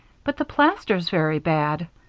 but the plaster's very bad,